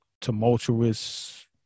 tumultuous